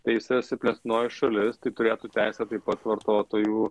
tai jisai silpnesnioji šalis tai turėtų teisė taip pat vartotojų